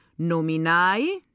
nominai